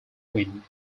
win